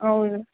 ಹೌದ್